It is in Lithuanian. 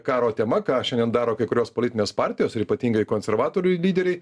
karo tema ką šiandien daro kai kurios politinės partijos ir ypatingai konservatorių lyderiai